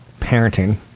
parenting